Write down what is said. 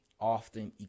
often